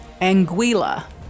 Anguilla